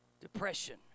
depression